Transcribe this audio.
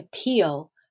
appeal